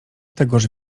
tegoż